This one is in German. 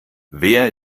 wer